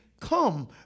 come